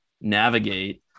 navigate